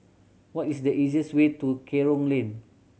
what is the easiest way to Kerong Lane